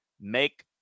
make